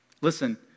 Listen